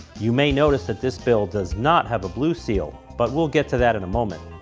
you may notice that this bill does not have a blue seal, but we'll get to that in a moment.